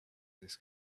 this